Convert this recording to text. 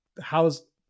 how's